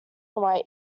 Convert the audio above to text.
why